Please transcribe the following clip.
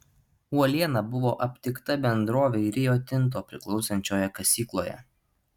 uoliena buvo aptikta bendrovei rio tinto priklausančioje kasykloje